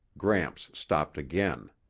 gramps stopped again.